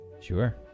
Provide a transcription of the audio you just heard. Sure